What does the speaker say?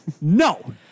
No